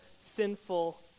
sinful